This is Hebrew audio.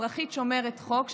אזרחית שומרת חוק,